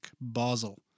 Basel